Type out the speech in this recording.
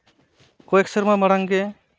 ᱠᱚᱭᱮᱠ ᱥᱮᱨᱢᱟ ᱢᱟᱲᱟᱝ ᱜᱮ